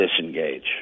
disengage